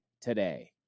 today